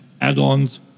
add-ons